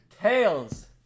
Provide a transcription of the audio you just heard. Tails